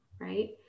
right